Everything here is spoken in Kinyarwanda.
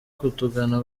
kutugana